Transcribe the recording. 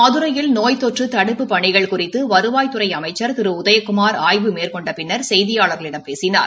மதுரையில் நோய் தொற்று தடுப்புப் பணிகள் குறித்து வருவாய்த்துறை அமைச்சர் திரு உதயகுமார் ஆய்வு மேற்கொண்ட பின்னர் செய்தியாளர்களிடம் பேசினார்